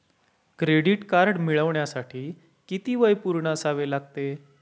Credit card मिळवण्यासाठी किती वय पूर्ण असावे लागते?